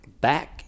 back